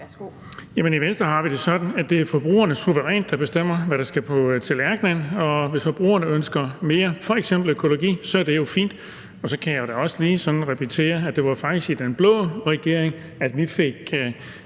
i Venstre har vi det sådan, at det er forbrugerne, der suverænt bestemmer, hvad der skal på tallerkenen, og hvis forbrugerne f.eks. ønsker mere økologi, er det jo fint. Og så kan jeg jo også sådan lige repetere, at det faktisk var i den blå regering, at vi lige